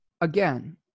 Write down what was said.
again